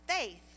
faith